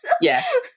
Yes